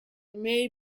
may